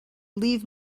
leave